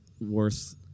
worth